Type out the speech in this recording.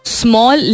small